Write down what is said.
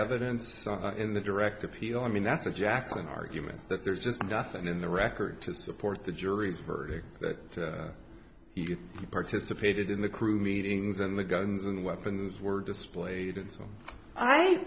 evidence in the direct appeal i mean that's a jackson argument that there's just nothing in the record to support the jury's verdict that you participated in the crew meetings and the guns and weapons were displayed and so i